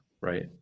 right